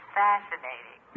fascinating